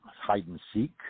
hide-and-seek